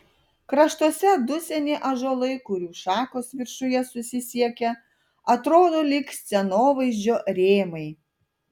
kraštuose du seni ąžuolai kurių šakos viršuje susisiekia atrodo lyg scenovaizdžio rėmai